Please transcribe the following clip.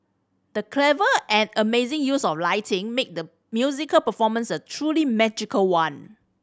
the clever and amazing use of lighting made the musical performance a truly magical one